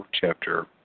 Chapter